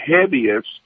heaviest